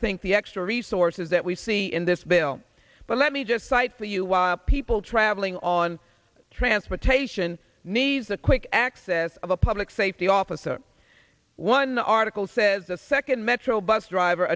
think the extra resources that we see in this bill but let me just cite for you why are people traveling on transportation needs a quick access of a public safety officer one article says the second metro bus driver